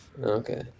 okay